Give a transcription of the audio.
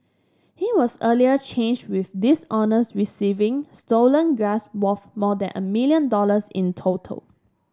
he was earlier charged with dishonest receiving stolen gas worth more than a million dollars in total